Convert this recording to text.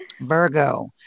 Virgo